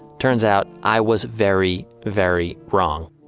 turns out i was very, very wrong.